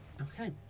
Okay